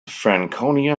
franconia